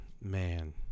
Man